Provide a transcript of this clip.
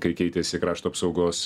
kai keitėsi krašto apsaugos